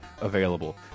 available